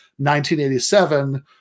1987